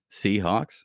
Seahawks